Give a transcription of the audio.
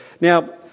Now